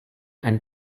and